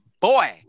boy